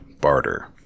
barter